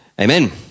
Amen